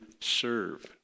serve